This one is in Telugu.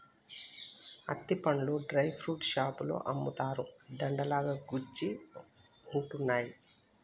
అత్తి పండ్లు డ్రై ఫ్రూట్స్ షాపులో అమ్ముతారు, దండ లాగా కుచ్చి ఉంటున్నాయి